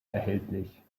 erhältlich